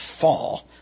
fall